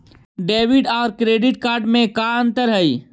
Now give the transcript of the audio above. Debit और credit card में का अंतर हइ?